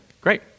great